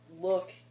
look